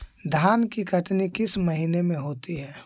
धान की कटनी किस महीने में होती है?